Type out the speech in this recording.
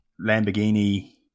Lamborghini